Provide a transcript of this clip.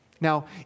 Now